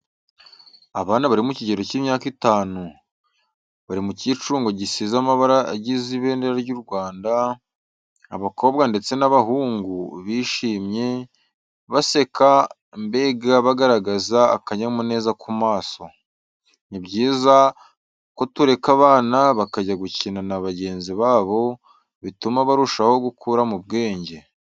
Abana bari mu kigero cy'imyaka itanu, bari mu cyicungo gisize amabara agize ibendera ry'u Rwanda, abakobwa ndetse n'abahungu, bishimye, baseka mbega bagaragaza akanyamuneza ku maso. Ni byiza ko tureka abana bakajya gukina na bagenzi babo, bituma barushaho gukura mu bwenge.